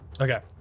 Okay